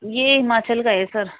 یہ ہماچل کا ہے سر